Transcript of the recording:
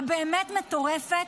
באמת מטורפת,